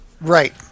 Right